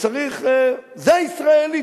זה ישראלי.